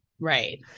Right